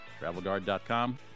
Travelguard.com